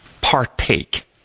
partake